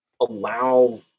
allow